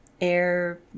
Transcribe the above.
air